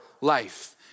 life